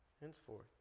Henceforth